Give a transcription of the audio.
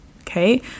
okay